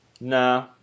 Nah